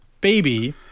baby